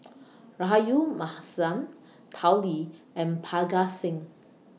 Rahayu Mahzam Tao Li and Parga Singh